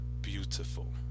beautiful